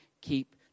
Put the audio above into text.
keep